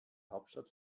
hauptstadt